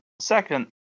second